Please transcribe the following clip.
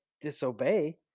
disobey